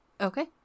Okay